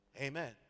Amen